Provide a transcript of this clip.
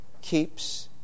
keeps